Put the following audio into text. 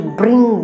bring